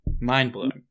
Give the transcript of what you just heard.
Mind-blowing